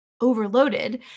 overloaded